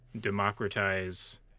democratize